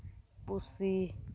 ᱯᱩᱥᱤ